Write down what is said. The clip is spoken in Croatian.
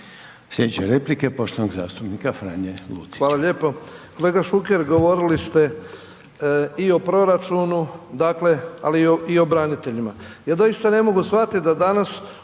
Sljedeća replika je poštovanog zastupnika Franje Lucića.